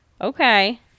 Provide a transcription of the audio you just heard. Okay